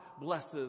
blesses